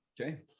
okay